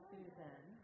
Susan